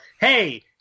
Hey